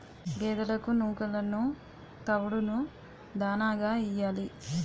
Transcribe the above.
గేదెలకు నూకలును తవుడును దాణాగా యియ్యాలి